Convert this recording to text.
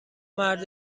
مرد